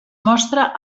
mostra